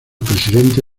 presidente